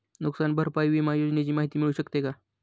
नुकसान भरपाई विमा योजनेची माहिती मिळू शकते का?